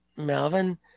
Melvin